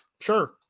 sure